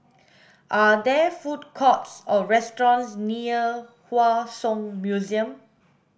are there food courts or restaurants near Hua Song Museum